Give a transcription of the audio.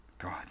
God